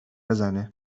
بزنه